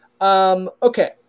Okay